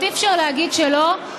אי-אפשר להגיד שלא.